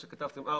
מה שכתבתם ארבע,